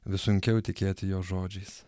vis sunkiau tikėti jo žodžiais